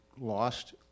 lost